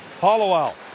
Hollowell